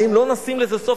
האם לא נשים לזה סוף?